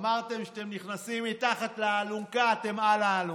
אמרתם שאתם נכנסים מתחת לאלונקה, אתם על האלונקה.